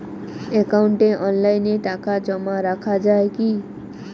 একাউন্টে অনলাইনে টাকা জমা রাখা য়ায় কি?